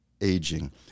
aging